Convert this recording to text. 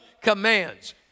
commands